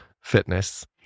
fitness